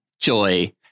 JOY